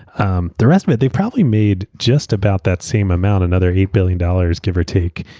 um the rest of it, they probably made just about that same amount, another eight billion dollars, give or take,